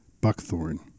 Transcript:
buckthorn